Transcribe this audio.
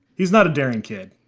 he's not a daring kid.